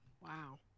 Wow